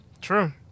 True